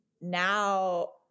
now